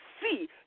see